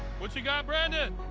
what you got, brandon?